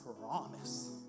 promise